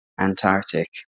Antarctic